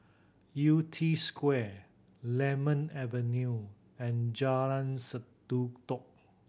Yew Tee Square Lemon Avenue and Jalan Sendudok